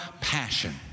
passion